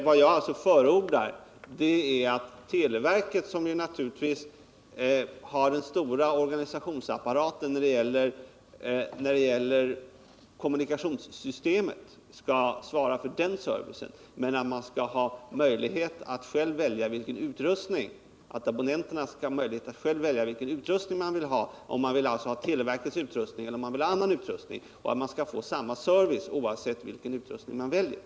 Vad jag alltså förordar är att televerket, som naturligtvis har den stora organisationsapparaten när det gäller kommunikationssystemet, skall svara för den servicen. Däremot skall abonnenterna ha möjlighet att själva välja vilken utrustning de vill ha, alltså om de vill ha televerkets utrustning eller annan utrustning, och att man skall få samma service oavsett vilken utrustning man väljer.